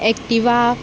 Activa